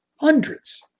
hundreds